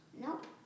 Nope